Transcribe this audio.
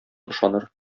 ышаныр